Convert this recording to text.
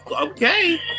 Okay